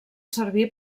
servir